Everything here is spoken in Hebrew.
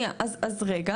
אז שוב,